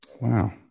Wow